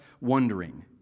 wondering